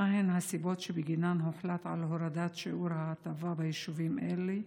1. מהן הסיבות שבגינן הוחלט על הורדת שיעור ההטבה ביישובים אלה?